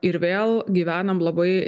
ir vėl gyvenam labai